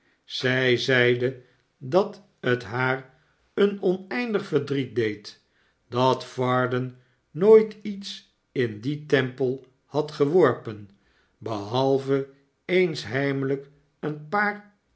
zij zeide dat het haar een oneindig verdriet deed dat varden nooit iets m dien tempel had geworpen behalve eens heimelijk een paar